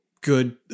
good